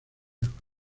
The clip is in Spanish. grupos